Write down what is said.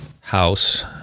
house